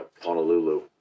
Honolulu